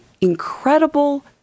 incredible